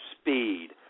speed